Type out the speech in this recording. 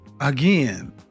again